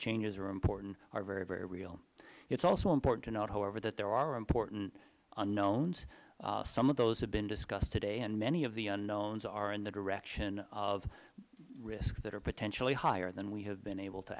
changes are important are very very real it is also important to note however that there are important unknowns some of those have been discussed today and many of the unknowns are in the direction of risks that are potentially higher than we have been able to